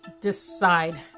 decide